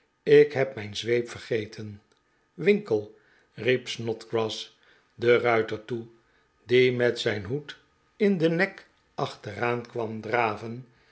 ik heb mijn zweep verloren winkle riep snodgrass den ruiter toe die met zijn hoed in den nek achteraan kwam draven